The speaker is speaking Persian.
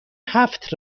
هفت